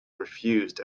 refused